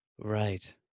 Right